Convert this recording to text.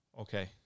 Okay